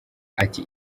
ati